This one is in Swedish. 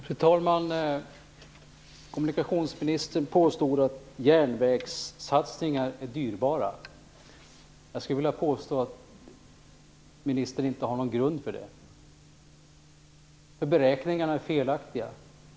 Fru talman! Kommunikationsministern påstod att järnvägssatsningar är dyrbara. Jag skulle vilja påstå att ministern inte har någon grund för det. Beräkningarna är felaktiga.